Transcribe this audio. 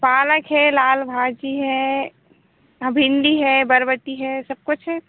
पालक है लाल भाजी है हाँ भिंडी है बरबटी है सब कुछ है